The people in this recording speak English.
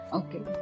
okay